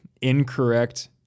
incorrect